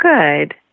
good